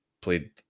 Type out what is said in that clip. played